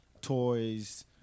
toys